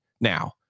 Now